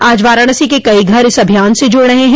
आज वाराणसी के कई घर इस अभियान से जुड़ रहे हैं